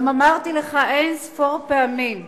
גם אמרתי לך אין-ספור פעמים שלמרות,